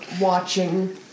watching